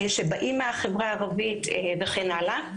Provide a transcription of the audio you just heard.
שבאים מהחברה הערבית וכן הלאה.